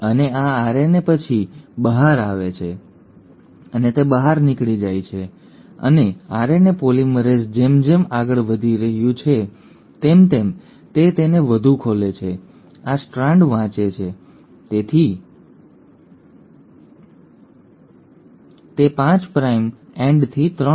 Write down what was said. અને આ આરએનએ પછી બહાર આવે છે અને તે બહાર નીકળી જાય છે અને આરએનએ પોલિમરેઝ જેમ જેમ આગળ વધી રહ્યું છે તેમ તેમ તે તેને વધુ ખોલે છે આ સ્ટ્રાન્ડ વાંચે છે તેની 5 પ્રાઇમથી 3 પ્રાઇમ દિશામાં રિબોન્યુક્લિઓટાઇડ્સ ઉમેરવાનું ચાલુ રાખે છે અને બીજા છેડે એમઆરએનએ મોલેક્યુલ બહાર આવી રહ્યું છે